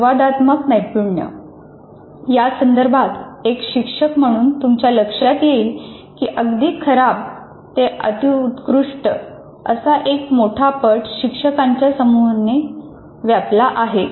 संवादात्मक नैपुण्य यासंदर्भात एक शिक्षक म्हणून तुमच्या लक्षात येईल की अगदी खराब ते अत्युत्कृष्ट असा एक मोठा पट शिक्षकांच्या समूहाने व्यापला आहे